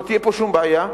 לא תהיה פה שום בעיה,